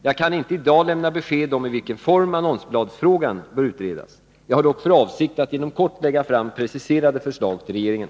Jag kan inte i dag lämna besked om i vilken form annonsbladsfrågan bör utredas, Jag har dock för avsikt att inom kort lägga fram preciserade förslag till regeringen.